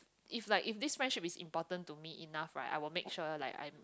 if like if this friendship is important to me enough right I will make sure like I'm